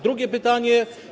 Drugie pytanie.